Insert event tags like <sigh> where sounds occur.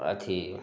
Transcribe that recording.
<unintelligible>